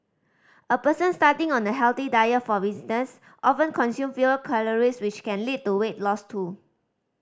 a person starting on a healthy diet for instance often consume fewer calories which can lead to weight loss too